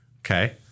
Okay